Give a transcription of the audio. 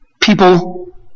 people